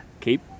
keep